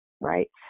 right